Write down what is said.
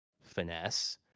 finesse